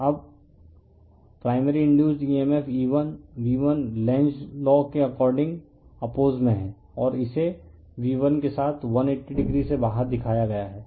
अब primary induced emf E1 V1 Lenz law के according oppose में है और इसे V1 के साथ 180o से बाहर दिखाया गया है